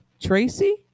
Tracy